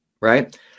right